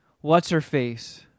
what's-her-face